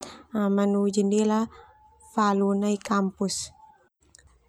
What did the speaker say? Manu jendela falu nai kampus.